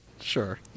Sure